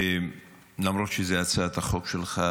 למרות שזאת הצעת חוק שלך,